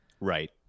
Right